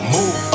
Move